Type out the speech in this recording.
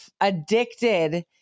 addicted